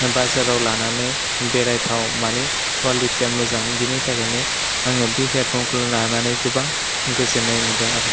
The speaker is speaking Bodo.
बाजाराव लानानै बेरायथाव माने कवालिटिया मोजां बिनि थाखायनो आङो बे हेयारफनखौ लानानै गोबां गोजोननाय मोन्दों आरो